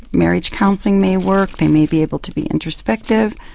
marriage counselling may work, they may be able to be introspective.